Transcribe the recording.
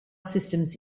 systems